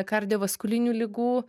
kardiovaskulinių ligų